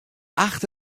acht